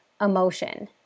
emotion